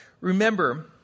Remember